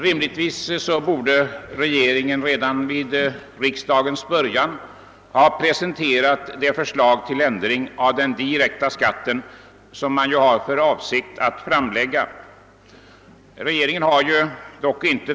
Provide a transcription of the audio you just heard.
Regeringen borde redan vid riksdagens början ha presenterat det förslag till ändring av den direkta skatten, som man har för avsikt att framlägga.